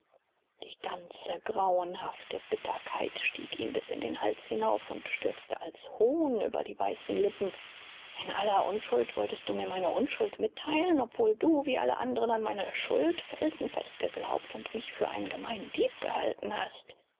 die ganze grauenhafte bitterkeit stieg ihm bis in den hals hinauf und stürzte als hohn über die weißen lippen in aller unschuld wolltest du mir meine unschuld mitteilen obwohl du wie alle andren an meine schuld felsenfest geglaubt und mich für einen gemeinen dieb gehalten hast